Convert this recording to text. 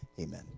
amen